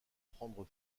prendre